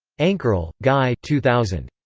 ankerl, guy two thousand.